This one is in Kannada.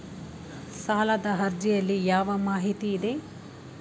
ಸಾಲದ ಅರ್ಜಿಯಲ್ಲಿ ಯಾವ ಮಾಹಿತಿ ಇದೆ?